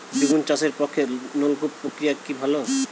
বেগুন চাষের পক্ষে নলকূপ প্রক্রিয়া কি ভালো?